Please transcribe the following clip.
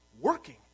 working